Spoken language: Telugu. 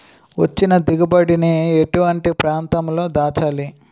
వచ్చిన దిగుబడి ని ఎటువంటి ప్రాంతం లో దాచాలి?